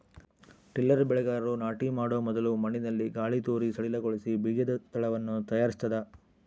tiller ಬೆಳೆಗಾರರು ನಾಟಿ ಮಾಡೊ ಮೊದಲು ಮಣ್ಣಿನಲ್ಲಿ ಗಾಳಿತೂರಿ ಸಡಿಲಗೊಳಿಸಿ ಬೀಜದ ತಳವನ್ನು ತಯಾರಿಸ್ತದ